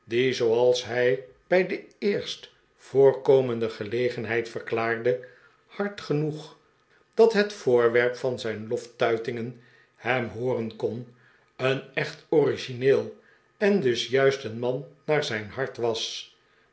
zooals hij bij de eerst voorkomende gelegenheid verklaarde hard genoeg dat het voorwerp van zijn loftuitingen hem hooren kon een echte orgineel en dus juist een man naar zijn hart was